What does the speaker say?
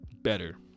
better